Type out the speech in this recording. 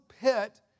pit